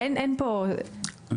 אין פה סנכרון.